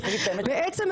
מי בעד?